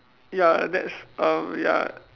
ya that's um ya